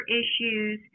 issues